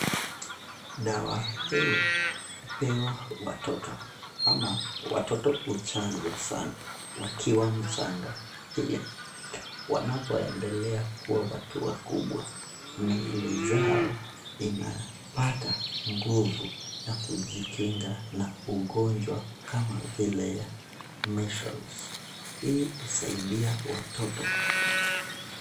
Dawa hii jupewa watoto ama watoto huchanjwa sana wakiwa mchanga ili wanapoendelea kuwa watu wakubwa miili zao inapata nguvu ya kujikinga na ugonjwa kama vile ya measles hii husaidia watoto.